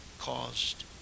caused